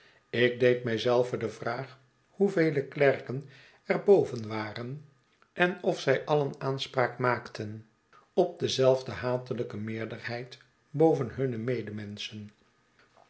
zelven de vraag hoevele klerken er boven waren en of zij alien aanspraak maakten op dezelfde hatelijke meerderheid boven hunne medemenschen